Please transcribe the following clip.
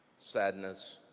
sadness,